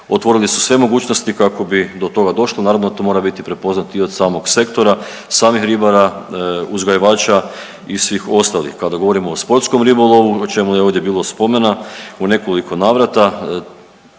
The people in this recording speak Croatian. otvorili su sve mogućnosti kako bi do toga došlo. Naravno to mora biti prepoznato i od samog sektora, samih ribara, uzgajivača i svih ostalih. Kada govorimo o sportskom ribolovu o čemu je ovdje bilo spomena u nekoliko navrata